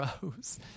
Gross